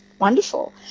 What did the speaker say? wonderful